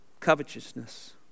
covetousness